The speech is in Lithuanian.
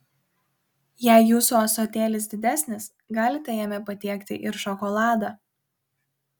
jei jūsų ąsotėlis didesnis galite jame patiekti ir šokoladą